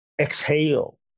exhale